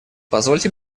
позвольте